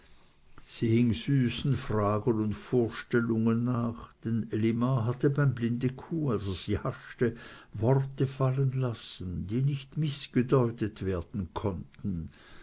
süßen fragen und vorstellungen nach denn elimar hatte beim blindekuh als er sie haschte worte fallen lassen die nicht mißdeutet werden konnten